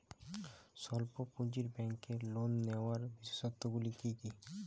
স্বল্প পুঁজির ব্যাংকের লোন নেওয়ার বিশেষত্বগুলি কী কী?